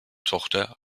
tochter